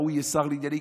ההוא יהיה שר לענייני,